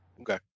Okay